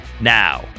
Now